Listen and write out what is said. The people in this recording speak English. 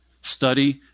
study